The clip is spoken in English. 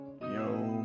Yo